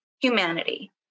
Humanity